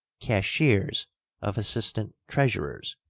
cashiers of assistant treasurers,